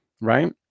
right